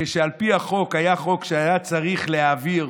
כשעל פי החוק היה צריך להעביר